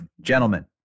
gentlemen